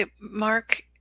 Mark